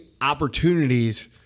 opportunities